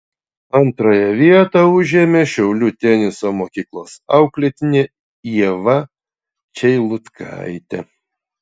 antrąją vietą užėmė šiaulių teniso mokyklos auklėtinė ieva čeilutkaitė